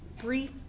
brief